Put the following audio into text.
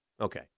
Okay